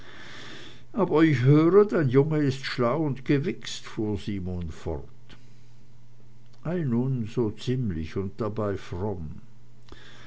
aber ich höre dein junge ist schlau und gewichst fuhr simon fort ei nun so ziemlich und dabei fromm